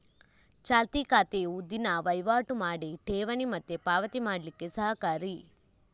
ಚಾಲ್ತಿ ಖಾತೆಯು ದಿನಾ ವೈವಾಟು ಮಾಡಿ ಠೇವಣಿ ಮತ್ತೆ ಪಾವತಿ ಮಾಡ್ಲಿಕ್ಕೆ ಸಹಕಾರಿ